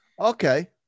okay